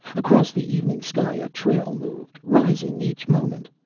across the evening sky a trail moved, rising each moment.